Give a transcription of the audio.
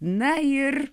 na ir